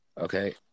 Okay